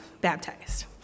baptized